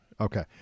Okay